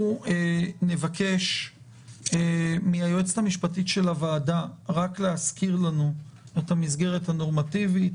נבקש מן היועצת המשפטית של הוועדה להזכיר לנו את המסגרת הנורמטיבית,